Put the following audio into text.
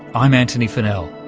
i'm antony funnell.